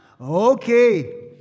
Okay